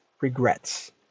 regrets